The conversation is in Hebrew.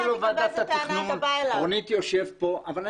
אני לא ועדת התכנון אבל אני עקבתי